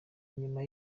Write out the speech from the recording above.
nyuma